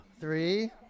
Three